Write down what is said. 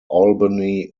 albany